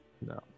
No